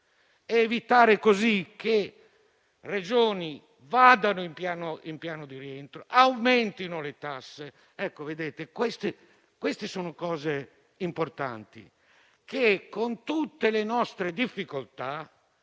evitare così che vadano in piano di rientro e aumentino le tasse. Queste sono misure importanti che, con tutte le nostre difficoltà,